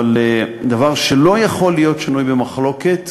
אבל דבר שלא יכול להיות שנוי במחלוקת,